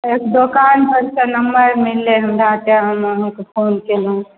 दोकानपरसँ number मिललै हमरा तेँ अहाँके फोन केलहुँ